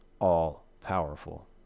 all-powerful